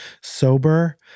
sober